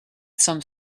some